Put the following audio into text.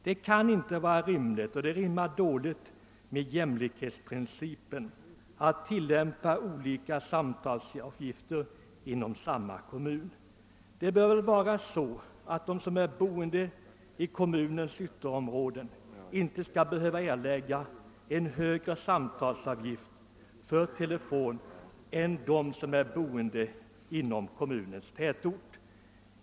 Det kan inte vara skäligt, och det rimmar över huvud taget dåligt med jämlikhetsprincipen att tillämpa olika samtalsavgifter inom samma kommun. Det bör väl vara så att de som bor i kommunens ytterområden inte skall behöva erlägga en högre samtalsavgift för telefon än de som bor i kommunens tätort.